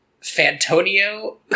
Fantonio